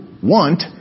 want